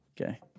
Okay